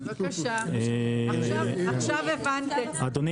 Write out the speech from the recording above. בבקשה, עכשיו הבנת אדוני למה.